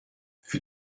für